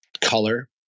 color